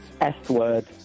S-word